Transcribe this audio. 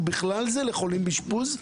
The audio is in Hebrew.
ובכלל זה לחולים באשפוז.